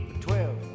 twelve